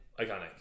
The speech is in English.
Iconic